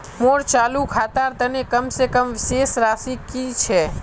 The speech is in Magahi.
मोर चालू खातार तने कम से कम शेष राशि कि छे?